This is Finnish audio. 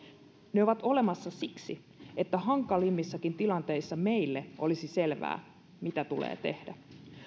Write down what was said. ne ovat olemassa siksi että hankalimmissakin tilanteissa meille olisi selvää mitä tulee tehdä